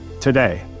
today